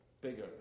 bigger